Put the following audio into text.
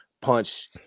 punch